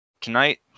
tonight